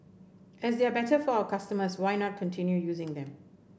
as they are better for our customers why not continue using them